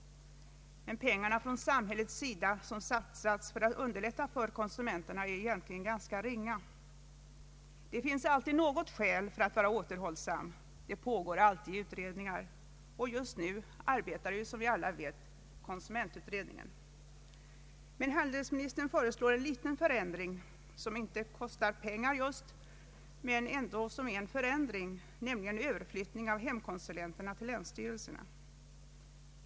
Men de belopp som samhället satsar för att underlätta för konsumenten är ringa. Det finns alltid skäl för att vara återhållsam, det pågår alltid utredningar. Just nu arbetar som alla vet konsumentutredningen. Men handelsministern föreslår en liten förändring som inte kostar pengar men som är en förändring, nämligen överflyttning av hemkonsulenterna till länsstyrelserna.